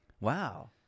Wow